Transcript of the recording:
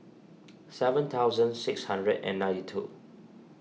seven thousand six hundred and ninety two